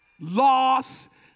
loss